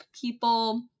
people